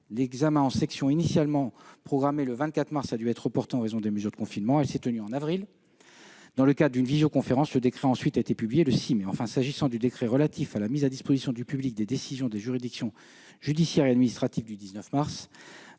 L'examen en section, initialement programmé le 24 mars, a dû être reporté en raison des mesures de confinement. Il s'est tenu en avril. Dans le cadre d'une visioconférence, le décret a ensuite été publié le 6 mai. Enfin, pour ce qui concerne le décret relatif à la mise à disposition du public des décisions des juridictions judiciaires et administratives du 19 mars